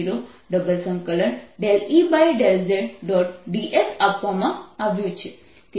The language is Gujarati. ds આપવામાં આવ્યું છે